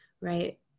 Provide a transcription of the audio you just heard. right